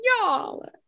y'all